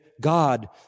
God